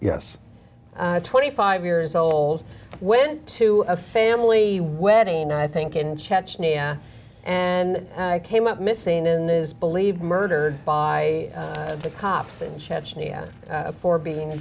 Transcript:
yes twenty five years old went to a family wedding i think in chechnya and came up missing in is believed murdered by the cops in chechnya for being